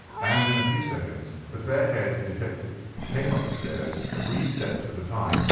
and in a few seconds the fair-haired detective came up the stairs, three steps at a time,